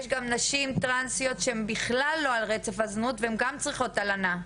יש גם נשים טרנסיות שהן בכלל לא על רצף הזנות והן גם צריכות הלנה.